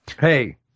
Hey